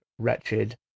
Wretched